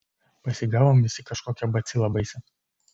pasigavom visi kažkokią bacilą baisią